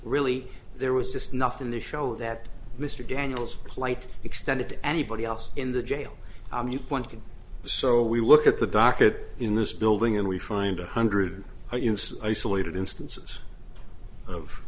really there was just nothing to show that mr daniels plight extended to anybody else in the jail you pointed so we look at the docket in this building and we find a hundred isolated instances of